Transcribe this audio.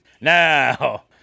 Now